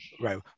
right